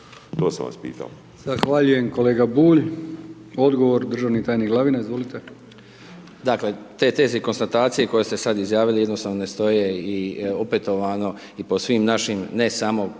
to sam vas pitao.